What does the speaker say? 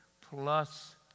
plus